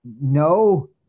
no